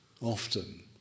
often